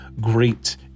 great